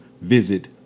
visit